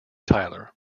tyler